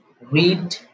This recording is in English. read